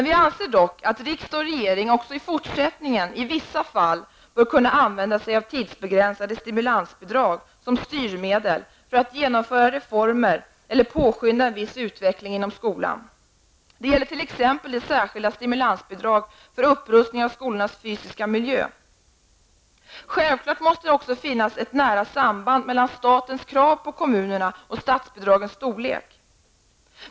Vi anser dock att riksdag och regering även i fortsättningen i vissa fall bör kunna använda sig av tidsbegränsade stimulansbidrag som styrmedel för att genomföra reformer eller påskynda en viss utveckling inom skolan. Det gäller t.ex. det särskilda stimulansbidraget för upprustning av skolornas fysiska miljö. Självfallet måste det också finnas ett nära samband mellan statens krav på kommunerna och statsbidragens storlek.